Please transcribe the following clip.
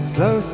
Slow